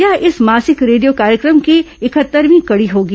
यह इस मासिक रेडियो कार्यक्रम की इकहत्तरवीं कड़ी होगी